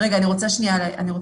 אני רוצה לסיים.